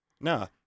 No